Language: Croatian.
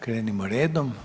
Krenimo redom.